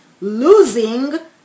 losing